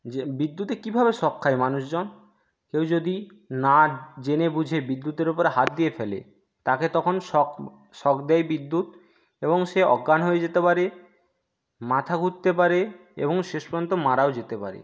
যে বিদ্যুতে কীভাবে শক খায় মানুষজন কেউ যদি না জেনে বুঝে বিদ্যুতের উপরে হাত দিয়ে ফেলে তাকে তখন শক শক দেয় বিদ্যুৎ এবং সে অজ্ঞান হয়ে যেতে পারে মাথা ঘুরতে পারে এবং শেষ পর্যন্ত মারাও যেতে পারে